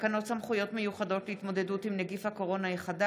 התשפ"א 2021,